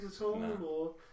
No